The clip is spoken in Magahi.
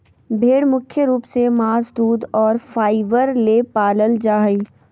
भेड़ मुख्य रूप से मांस दूध और फाइबर ले पालल जा हइ